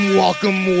welcome